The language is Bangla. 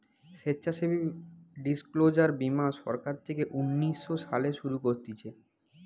স্বেচ্ছাসেবী ডিসক্লোজার বীমা সরকার থেকে উনিশ শো সালে শুরু করতিছে